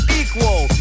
equal